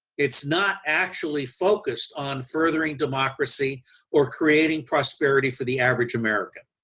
it's not actually focused on furthering democracy or creating prosperity for the average american.